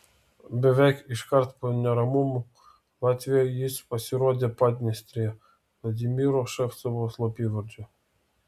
beveik iškart po neramumų latvijoje jis pasirodė padniestrėje vladimiro ševcovo slapyvardžiu